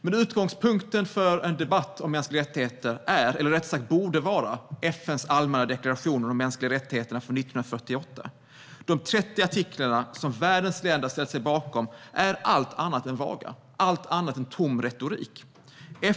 Men utgångspunkten för en debatt om mänskliga rättigheter är, eller rättare sagt borde vara, FN:s allmänna deklaration om de mänskliga rättigheterna från 1948. De 30 artiklarna, som världens länder har ställt sig bakom, är allt annat än vaga eller tom retorik.